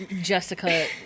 Jessica